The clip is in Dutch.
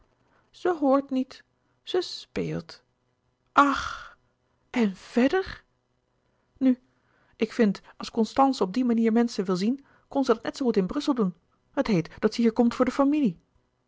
ze hoort niet ze speelt ach en verder nu ik vind als constance op die manier menschen wil zien kon ze dat net zoo goed in brussel doen het heet dat ze hier komt voor de familie